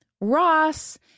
Ross